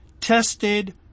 tested